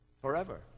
forever